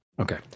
okay